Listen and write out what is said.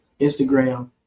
Instagram